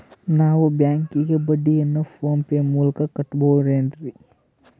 ನಾವು ಬ್ಯಾಂಕಿಗೆ ಬಡ್ಡಿಯನ್ನು ಫೋನ್ ಪೇ ಮೂಲಕ ಕಟ್ಟಬಹುದೇನ್ರಿ?